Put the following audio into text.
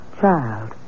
child